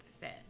fit